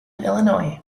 illinois